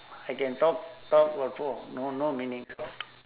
I can talk talk what for no no meaning